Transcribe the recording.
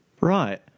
Right